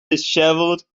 dishevelled